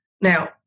Now